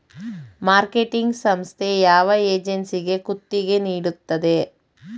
Marketing ಸಂಸ್ಥೆ ಯಾವ ಏಜೆನ್ಸಿಗೆ ಗುತ್ತಿಗೆ ನೀಡುತ್ತದೆ?